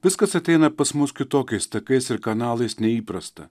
viskas ateina pas mus kitokiais takais ir kanalais neįprasta